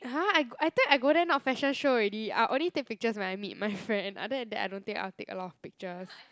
!huh! I I think I go there not fashion show already I will only take pictures when I meet my friend other than that I don't think I will take a lot of pictures